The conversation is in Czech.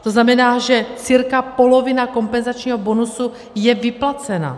To znamená, že cca polovina kompenzačního bonusu je vyplacena.